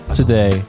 today